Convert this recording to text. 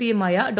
പിയുമായി ഡോ